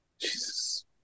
Jesus